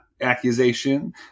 accusation